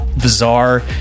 bizarre